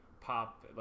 pop